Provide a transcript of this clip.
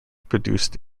produced